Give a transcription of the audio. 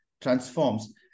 transforms